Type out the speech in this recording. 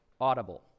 audible